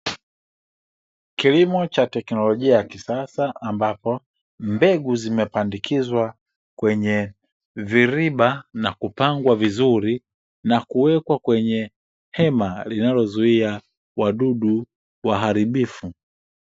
Kilimo cha teknolojia ya kisasa ambapo mbegu zimepandikizwa kwenye viriba na kupangwa vizuri na kuekwa kwenye hema linalozuia wadudu waharibifu.